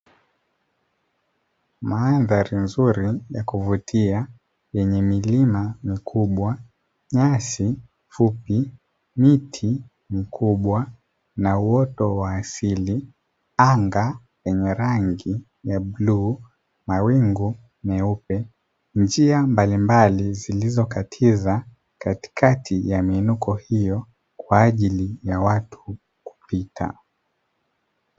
Mandhari nzuri ya kuvutia yenye milima mikubwa, nyasi fupi, miti mikubwa na uoto wa asili, anga yenye rangi ya blue, mawingu myeupe, njia mbalimbali zilizokatiza katikati ya miinuko hiyo kwa ajili ya watu kupita.